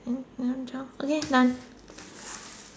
ten eleven twelve okay done